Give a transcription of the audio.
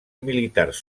militars